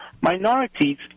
minorities